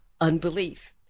unbelief